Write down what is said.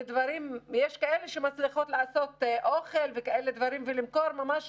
יש כאלה שמכינות אוכל למכירה ודברים כאלו אבל מדובר בדברים